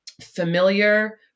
familiar